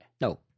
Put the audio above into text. No